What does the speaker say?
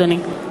אדוני,